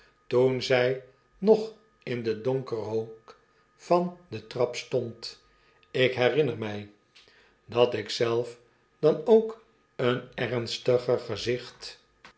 toen zij nog in den donkeren hoek van de trap stond lkherinner mij dat ik zelf dan ook een ernstiger gezicht